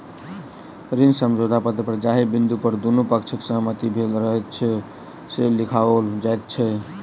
ऋण समझौता पत्र पर जाहि बिन्दु पर दुनू पक्षक सहमति भेल रहैत छै, से लिखाओल जाइत छै